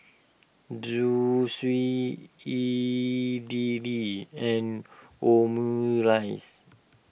Zosui Idili and Omurice